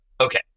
Okay